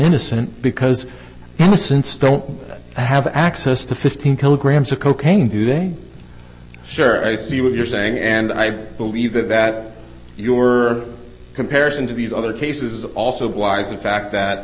innocent because since don't have access to fifteen kilograms of cocaine today sure i see what you're saying and i believe that that your comparison to these other cases also why is the fact that